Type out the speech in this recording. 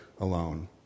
alone